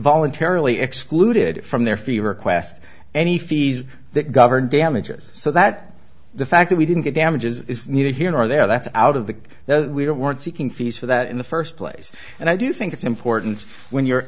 voluntarily excluded from their fee request any fees that govern damages so that the fact that we didn't get damages needed here nor there that's out of the now we don't weren't seeking fees for that in the first place and i do think it's important when you're